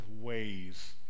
ways